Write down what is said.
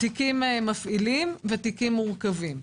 תיקים מפעילים ותיקים מורכבים.